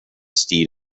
steed